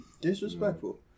Disrespectful